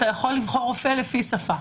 כמו בקופת חולים שאפשר לבחור רופא לפי שפה.